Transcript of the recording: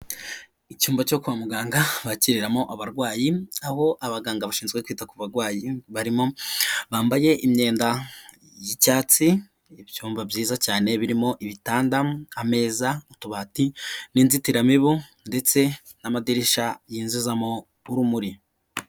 Icyumba cyo kwa muganga bakiriramo abarwayi, aho abaganga bashinzwe kwita ku bagwayi barimo, bambaye imyenda y'icyatsi, ibyumba byiza cyane birimo ibitanda, ameza, mutubati n'inzitiramibu ndetse n'amadirisha yinjizamo urumuri.